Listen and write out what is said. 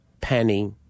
penny